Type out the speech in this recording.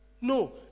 No